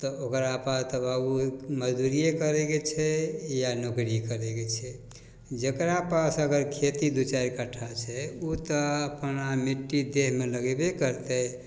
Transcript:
तऽ ओकरा पास तऽ बाबू मजदूरिए करैके छै या नौकरी करैके छै जकरा पास अगर खेती दुइ चारि कट्ठा छै ओ तऽ अपना मिट्टी देहमे लगेबे करतै